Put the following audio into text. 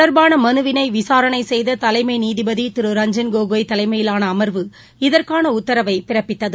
தொடர்பானமனுவினைவிசாரணைசெய்ததலைமைநீதிபதிதிரு இது ரஞ்ஜன் கோகோய் தலைமையிலானஅமர்வு இதற்கானஉத்தரவைபிறப்பித்தது